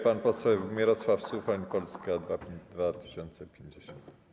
Pan poseł Mirosław Suchoń, Polska 2050.